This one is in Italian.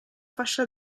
fascia